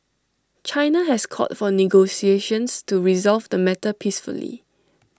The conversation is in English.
China has called for negotiations to resolve the matter peacefully